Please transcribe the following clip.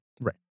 Right